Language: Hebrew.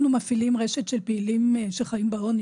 אנחנו מפעילים רשת של פעילים שחיים בעוני,